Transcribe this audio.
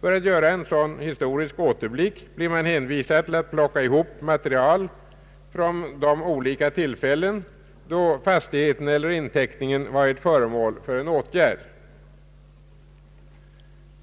För att göra en sådan historisk återblick blir man hänvisad till att plocka ihop material från de olika tillfällen då fastigheten eller inteckningen varit föremål för en åtgärd.